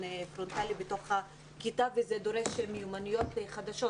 פרונטלי בכיתה עצמה וזה דורש מיומנויות חדשות.